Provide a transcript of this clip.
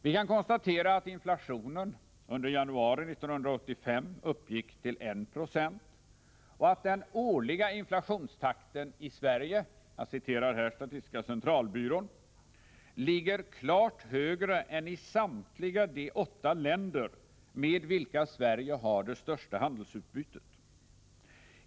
Vi kan konstatera att inflationen under januari 1985 uppgick till 1 96 och att den årliga inflationstakten i Sverige, jag citerar här statistiska centralbyrån, ”ligger klart högre än i samtliga de åtta länder med vilka Sverige har det största handelsutbytet.